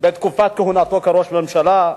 בתקופת כהונתו כראש ממשלה.